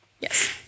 yes